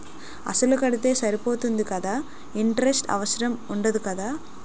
అసలు కడితే సరిపోతుంది కదా ఇంటరెస్ట్ అవసరం ఉండదు కదా?